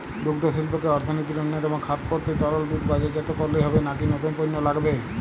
দুগ্ধশিল্পকে অর্থনীতির অন্যতম খাত করতে তরল দুধ বাজারজাত করলেই হবে নাকি নতুন পণ্য লাগবে?